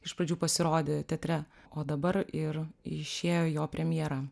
iš pradžių pasirodė teatre o dabar ir išėjo jo premjera